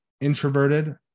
introverted